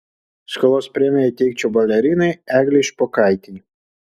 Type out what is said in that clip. skolos premiją įteikčiau balerinai eglei špokaitei